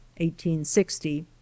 1860